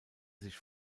sich